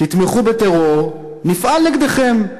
תתמכו בטרור, נפעל נגדכם.